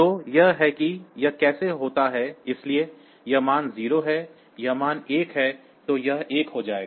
तो यह है कि यह कैसे होता है इसलिए यह मान 0 है यह मान 1 है तो यह 1 हो जाएगा